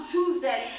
Tuesday